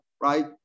right